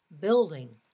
building